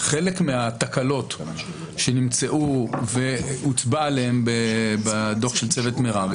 חלק מהתקלות שנמצאו והוצבע עליהן בדוח של צוות מררי